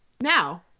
Now